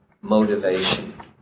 motivation